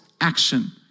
action